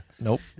Nope